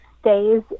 Days